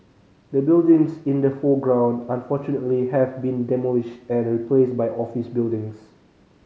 the buildings in the foreground unfortunately have been demolished and replaced by office buildings